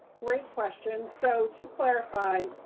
great question. so to clarify,